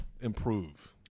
improve